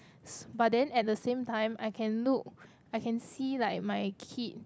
~s but then at the same time I can look I can see like my kid